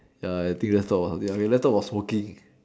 ya I think just stop lets talk about smoking